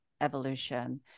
evolution